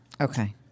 Okay